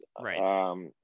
Right